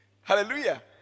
Hallelujah